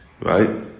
Right